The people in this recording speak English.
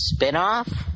spinoff